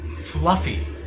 fluffy